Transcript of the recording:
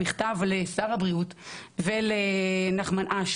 מכתב לשר הבריאות ולנחמן אש,